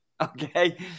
okay